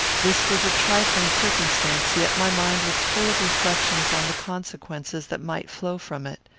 this was a trifling circumstance, yet my mind was full of reflections on the consequences that might flow from it.